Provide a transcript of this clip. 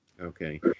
Okay